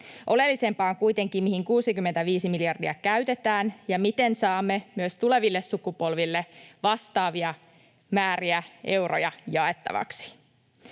Oleellisempaa on kuitenkin, mihin 65 miljardia käytetään ja miten saamme myös tuleville sukupolville vastaavia määriä euroja jaettavaksi.